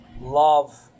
love